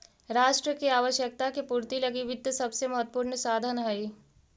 राष्ट्र के आवश्यकता के पूर्ति लगी वित्त सबसे महत्वपूर्ण साधन हइ